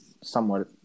somewhat